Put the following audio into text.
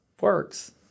works